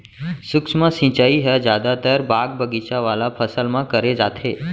सूक्ष्म सिंचई ह जादातर बाग बगीचा वाला फसल म करे जाथे